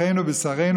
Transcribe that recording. אחינו ובשרנו,